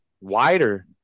wider